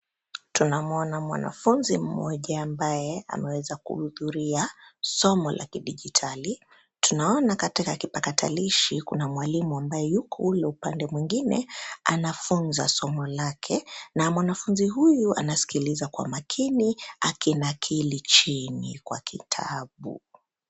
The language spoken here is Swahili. Tunamuona mwanafuzi mmoja ambaye ameweza kuhudhuria somo la kidijitali. Tunaona katika kipakatalishi kuna mwalimu ambaye yuko ule upande mwingine anafunza somo lake na mwanafunzi huyu anaskiliza kwa makini akinakili chini kwa kitabu.